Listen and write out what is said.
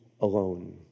alone